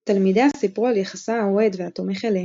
תלמידיה סיפרו על יחסה האוהד והתומך אליהם,